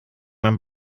man